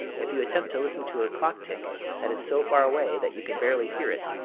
if you attempt to listen to a clock-tick that is so far away that you can barely hear it,